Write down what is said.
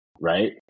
right